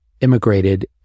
immigrated